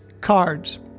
cards